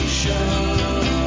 show